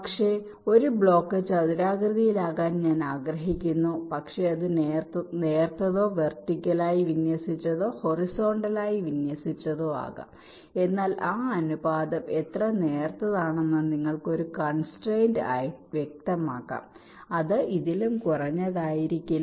അതിനാൽ ഒരു ബ്ലോക്ക് ചതുരാകൃതിയിലാകാൻ ഞാൻ ആഗ്രഹിക്കുന്നു പക്ഷേ അത് നേർത്തതോ വെർട്ടിക്കലായി വിന്യസിച്ചതോ ഹൊറിസോണ്ടലായി വിന്യസിച്ചതോ ആകാം എന്നാൽ ആ അനുപാതം എത്ര നേർത്തതാണെന്ന് നിങ്ങൾക്ക് ഒരു കോൺസ്ട്രയിന്റ് ആയി വ്യക്തമാക്കാം ഇത് ഇതിലും കനംകുറഞ്ഞതായിരിക്കില്ല